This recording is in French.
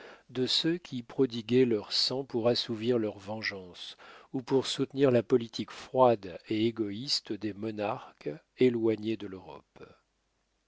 de ceux qui prodiguaient leur sang pour assouvir leur vengeance ou pour soutenir la politique froide et égoïste des monarques éloignés de l'europe